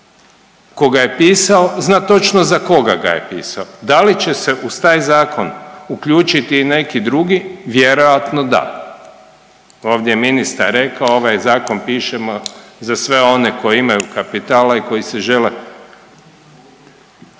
ga je pisao zna točno za koga ga je pisao. Da li će se uz taj zakon uključiti i neki drugi, vjerojatno da. Ovdje je ministar rekao ovaj zakon pišemo za sve one koji imaju kapitala i koji se žele